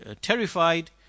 terrified